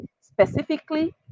specifically